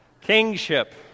Kingship